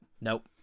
Nope